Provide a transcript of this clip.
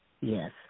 Yes